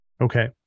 Okay